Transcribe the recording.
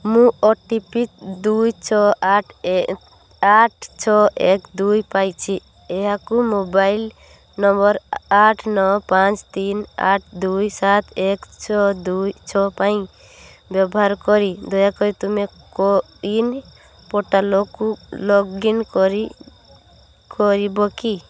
ମୁଁ O T P ଦୁଇ ଛଅ ଆଠଆଠ ଛଅ ଏକ ଦୁଇ ପାଇଛି ଏହାକୁ ମୋବାଇଲ ନମ୍ବର ଆଠ ନଅ ପାଞ୍ଚ ତିନି ଆଠ ଦୁଇ ସାତ ଏକ ଛଅ ଦୁଇ ଛଅ ପାଇଁ ବ୍ୟବହାର କରି ଦୟାକରି ତୁମେ କୋୱିନ ପୋର୍ଟାଲକୁ ଲଗ୍ଇନ କରି କରିବ କି